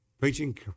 Preaching